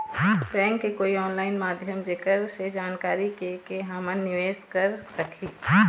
Bank के कोई online माध्यम जेकर से जानकारी के के हमन निवेस कर सकही?